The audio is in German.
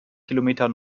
kilometer